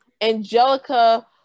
Angelica